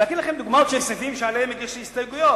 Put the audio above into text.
אקריא לכם דוגמאות של סעיפים שעליהם הגישו הסתייגויות.